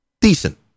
decent